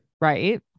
Right